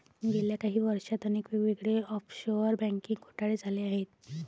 गेल्या काही वर्षांत अनेक वेगवेगळे ऑफशोअर बँकिंग घोटाळे झाले आहेत